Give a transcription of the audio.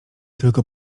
tylko